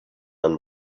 man